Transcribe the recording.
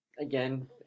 again